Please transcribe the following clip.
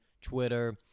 Twitter